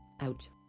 ouch